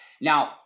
Now